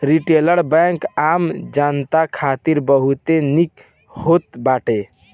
retail bank आम जनता खातिर बहुते निक होत बाटे